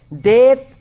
Death